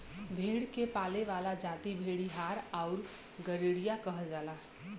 भेड़ के पाले वाला जाति भेड़ीहार आउर गड़ेरिया कहल जाला